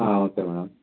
ah okay madam